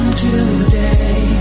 today